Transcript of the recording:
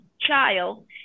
child